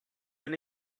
bin